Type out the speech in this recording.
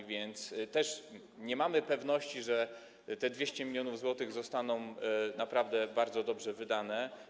A więc też nie mamy pewności, że te 200 mln zł zostanie naprawdę bardzo dobrze wydane.